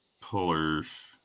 pullers